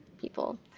people